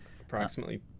Approximately